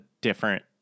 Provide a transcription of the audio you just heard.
different